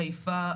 חיפה,